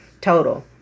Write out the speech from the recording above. total